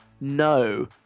No